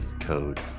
code